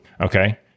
Okay